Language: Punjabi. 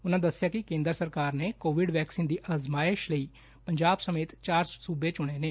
ਉਨ੍ਹਾ ਦਸਿਆ ਕਿ ਕੇ'ਦਰ ਸਰਕਾਰ ਨੇ ਕੋਵਿਡ ਵੈਕਸੀਨ ਦੀ ਅਜ਼ਮਾਇਸ ਲਈ ਪੰਜਾਬ ਸਮੇਤ ਚਾਰੇ ਸੂਬੇ ਚੁਣੇ ਨੇ